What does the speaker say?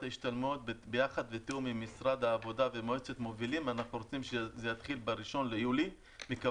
ההשתלמות בתיאום עם משרד העבודה ומועצת המובילים אנחנו מבקשים